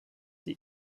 die